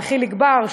וחיליק בר,